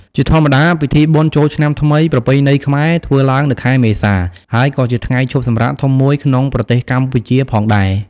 ជាធម្មតា ពិធីបុណ្យចូលឆ្នាំថ្មីប្រពៃណីខ្មែរធ្វើឡើងនៅខែមេសា ហើយក៏ជាថ្ងៃឈប់សម្រាកធំមួយក្នុងប្រទេសកម្ពុជាផងដែរ។